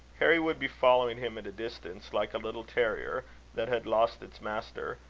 harry would be following him at a distance, like a little terrier that had lost its master,